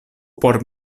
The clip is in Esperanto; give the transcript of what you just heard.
por